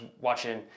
watching